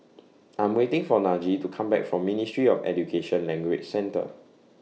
I'm waiting For Najee to Come Back from Ministry of Education Language Centre